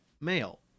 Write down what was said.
male